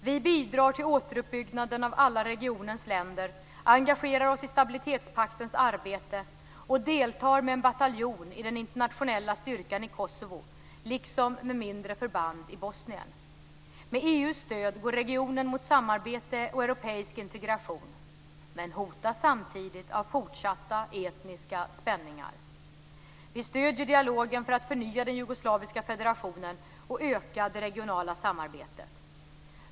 Vi bidrar till återuppbyggnaden av alla regionens länder, engagerar oss i stabilitetspaktens arbete och deltar med en bataljon i den internationella styrkan i Kosovo, liksom med mindre förband i Bosnien. Med EU:s stöd går regionen mot samarbete och europeisk integration, men hotas samtidigt av fortsatta etniska spänningar. Vi stöder dialogen för att förnya den jugoslaviska federationen och öka det regionala samarbetet.